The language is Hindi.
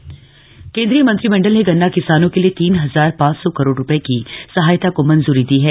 गन्ना किसान केंद्रीय मंत्रिमंडल ने गन्ना किसानों के लिए तीन हजार पांच सौ करोड़ रुपये की सहायता को मंजूरी दी है